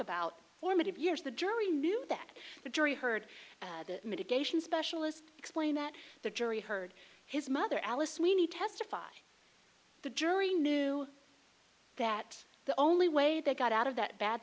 about formative years the jury knew that the jury heard the mitigation specialist explain that the jury heard his mother alice we need to testify the jury knew that the only way they got out of that bad